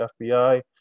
FBI